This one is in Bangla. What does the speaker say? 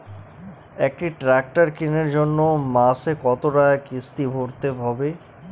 একটি ট্র্যাক্টর কেনার জন্য মাসে কত টাকা কিস্তি ভরতে হবে?